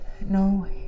no